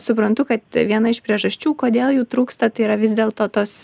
suprantu kad viena iš priežasčių kodėl jų trūksta tai yra vis dėlto tos